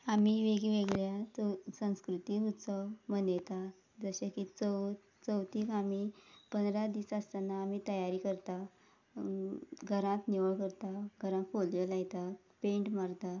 आमी वेगवेगळ्या संस्कृती उत्सव मनयतात जशें की चवथ चवथीक आमी पंदरा दीस आसतना आमी तयारी करता घरांत निवळ करता घरांत फोल्यो लायता पेंट मारता